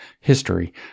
history